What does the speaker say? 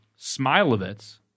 Smilovitz